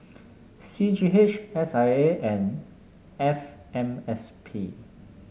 C G H S I A and F M S P